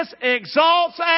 exalts